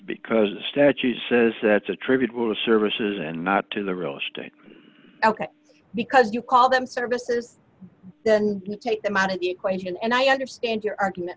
because the statute says that's attributable to services and not to the real estate ok because you call them services then you take them out of the equation and i understand your argument